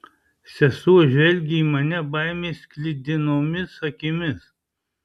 sesuo žvelgė į mane baimės sklidinomis akimis